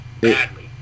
badly